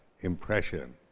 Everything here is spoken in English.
impression